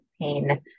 pain